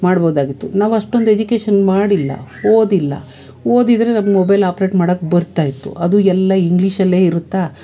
ಮಾಡಬೋದಾಗಿತ್ತು ನಾವಷ್ಟೊಂದು ಎಜುಕೇಶನ್ ಮಾಡಿಲ್ಲ ಓದಿಲ್ಲ ಓದಿದ್ರೆ ನಮ್ಗೆ ಮೊಬೈಲ್ ಆಪ್ರೇಟ್ ಮಾಡೋಕ್ಕೆ ಬರ್ತಾಯಿತ್ತು ಅದು ಎಲ್ಲ ಇಂಗ್ಲೀಷಲ್ಲೇ ಇರುತ್ತೆ